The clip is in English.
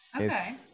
Okay